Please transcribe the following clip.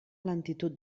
lentitud